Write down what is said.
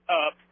up